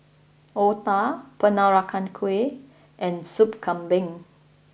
Otah Peranakan Kueh and Sup Kambing